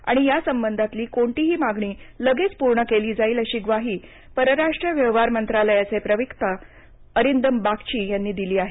आणि या संबंधांतली कोणतीही मागणी लगेच पूर्ण केली जाईल अशी ग्वाही परराष्ट्र व्यवहार मंत्रालयाचे प्रवक्ता अरिंदम बागची यांनी दिली आहे